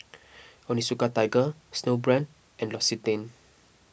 Onitsuka Tiger Snowbrand and L'Occitane